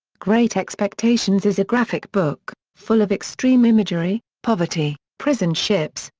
great expectations is a graphic book, full of extreme imagery, poverty, prison ships,